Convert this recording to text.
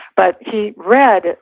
but he read,